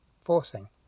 forcing